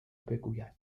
بگوید